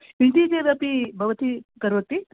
किञ्चित् चेदपि भवती करोति